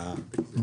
לא.